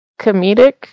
comedic